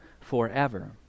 forever